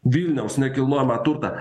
vilniaus nekilnojamą turtą